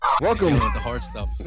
Welcome